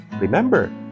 Remember